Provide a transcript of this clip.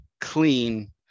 clean